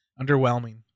underwhelming